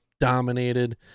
dominated